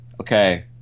okay